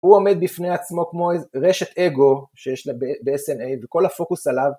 הוא עומד בפני עצמו כמו רשת אגו שיש לה ב-SNA וכל הפוקוס עליו